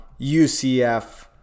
UCF